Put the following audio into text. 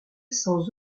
sans